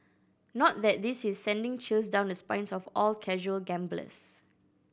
not that this is sending chills down the spines of all casual gamblers